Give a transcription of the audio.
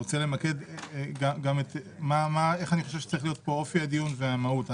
איך אני חושב צריך להיות אופי הדיון והמהות.